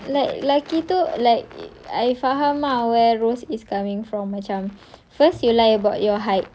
like lelaki tu like I faham ah where ros is coming from macam first you lie about your height